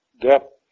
depth